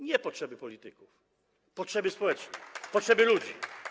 Nie na potrzeby polityków, na potrzeby społeczne, na potrzeby ludzi.